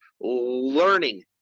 learning